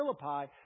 Philippi